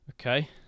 Okay